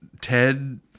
TED